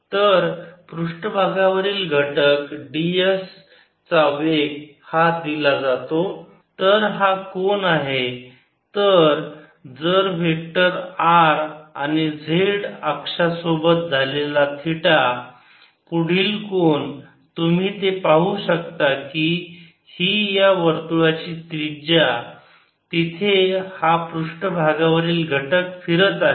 तर पृष्ठभागावरील घटक ds चा वेग हा दिला जातो तर हा कोन आहे तर जर वेक्टर r आणि z अक्ष सोबत झालेला थिटा पुढील कोन तुम्ही ते पाहू शकता की ही या वर्तुळाची त्रिज्या तिथे हा पृष्ठभागावरील घटक फिरत आहे